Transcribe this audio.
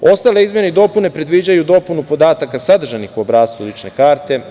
Ostale izmene i dopune predviđaju dopunu podataka sadržanih u obrascu lične karte.